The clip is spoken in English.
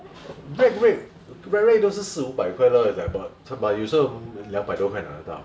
flat rate flat rate 都是四五百块 lah but but 有些人两百多块拿得到